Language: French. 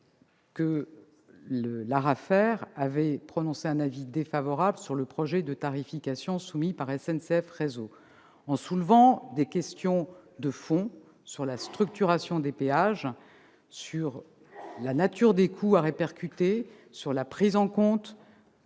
a effectivement prononcé un avis défavorable sur le projet de tarification pour 2018 soumis par SNCF Réseau en soulevant des questions de fond sur la structuration des péages, sur la nature des coûts à répercuter et sur la prise en compte